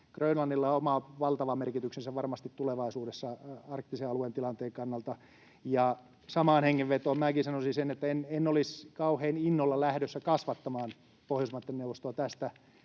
Grönlannilla on oma valtava merkityksensä varmasti tulevaisuudessa arktisen alueen tilanteen kannalta. Samaan hengenvetoon minäkin sanoisin sen, että en olisi kauhean innolla lähdössä kasvattamaan Pohjoismaiden neuvostoa tästä